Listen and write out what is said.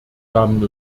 damen